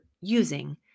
using